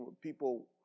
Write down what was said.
people